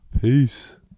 Peace